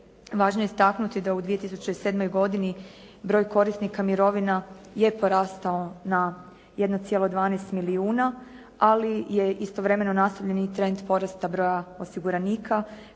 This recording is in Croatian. važno je istaknuti da u 2007. godini broj korisnika mirovina je porastao na 1,12 milijuna, ali je istovremeno nastavljen i trend porasta broja osiguranika,